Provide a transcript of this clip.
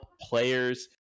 players